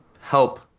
help